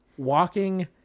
walking